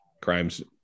crimes